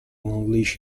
unleash